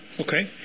Okay